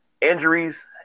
injuries